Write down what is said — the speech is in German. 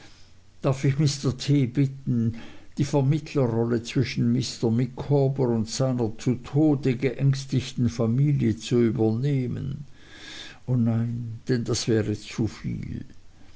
darf ich mr t bitten die vermittlerrolle zwischen mr micawber und seiner zu tode geängstigten familie zu übernehmen o nein denn das wäre zuviel